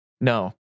No